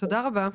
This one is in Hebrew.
תודה רבה.